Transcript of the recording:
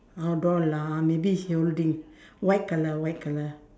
oh doll ah maybe he holding white colour white colour